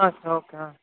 ಹಾಂ sir okay ಹಾಂ